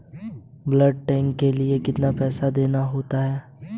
Bulk tank के लिए कितना पैसा देना होता है?